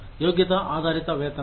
యోగ్యత ఆధారిత వేతనం